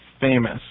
famous